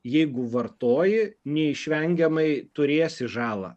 jeigu vartoji neišvengiamai turėsi žalą